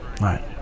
right